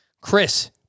Chris